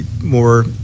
more